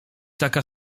taka